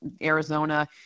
Arizona